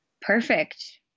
perfect